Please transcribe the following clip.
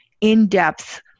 in-depth